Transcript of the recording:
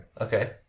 Okay